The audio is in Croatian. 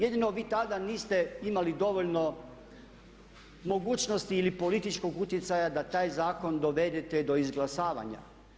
Jedino vi tada niste imali dovoljno mogućnosti ili političkog utjecaja da taj zakon dovedete do izglasavanja.